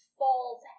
Falls